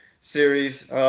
series